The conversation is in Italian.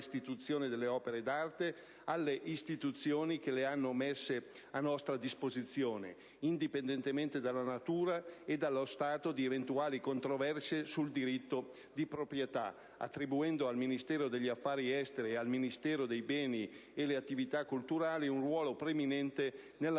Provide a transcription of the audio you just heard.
delle opere d'arte alle istituzioni che le hanno messe a nostra disposizione, indipendentemente dalla natura e dallo stato di eventuali controversie sul diritto di proprietà e attribuendo al Ministero degli affari esteri e al Ministero per i beni e le attività culturali un ruolo preminente nella